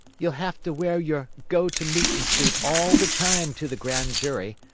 ye'll have to wear your go-to-meetin' suit all the time to the grand jury.